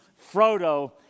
Frodo